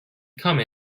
come